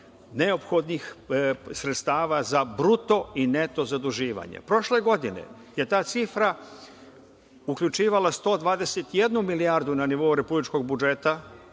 neophodnih sredstava za bruto i neto zaduživanje. Prošle godine je ta cifra uključivala 121 milijardu na nivou republičkog budžeta